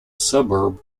suburb